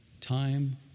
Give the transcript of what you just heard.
time